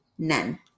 None